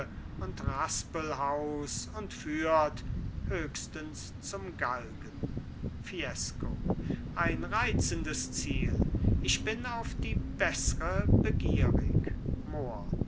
und raspelhaus und führt höchstens zum galgen fiesco ein reizendes ziel ich bin auf die beßre begierig mohr